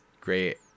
great